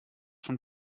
von